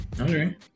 Okay